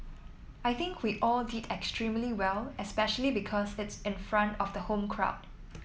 I think we all did extremely well especially because it's in front of the home crowd